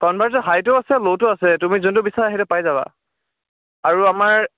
কনভাৰ্চৰ হাইটো আছে ল'টোও আছে তুমি যোনটো বিচাৰা সেইটো পাই যাবা আৰু আমাৰ